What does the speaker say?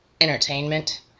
entertainment